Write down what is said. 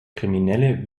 kriminelle